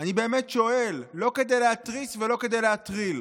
אני באמת שואל, לא כדי להתריס ולא כדי להטריל: